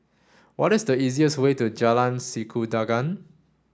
what is the easiest way to Jalan Sikudangan